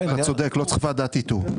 אתה צודק, לא צריך ועדת איתור.